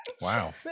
Wow